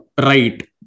right